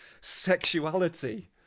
sexuality